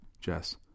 Jess